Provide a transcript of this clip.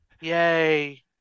Yay